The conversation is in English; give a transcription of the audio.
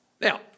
Now